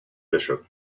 bishop